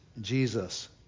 Jesus